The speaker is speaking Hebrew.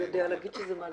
הוא יודע להגיד שזה מ-2016.